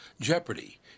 Jeopardy